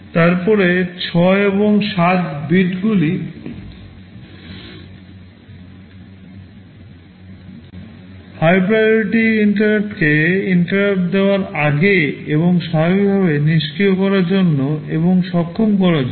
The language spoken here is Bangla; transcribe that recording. তারপরে 6 এবং 7 bitগুলি high priority interrupt কে INTERRUPT দেওয়ার আগে এবং স্বাভাবিককে নিষ্ক্রিয় করার জন্য এবং সক্ষম করার জন্য